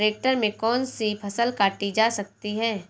Tractor से कौन सी फसल काटी जा सकती हैं?